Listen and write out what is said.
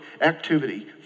activity